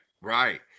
right